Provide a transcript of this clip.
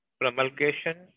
promulgation